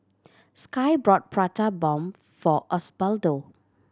Sky bought Prata Bomb for Osbaldo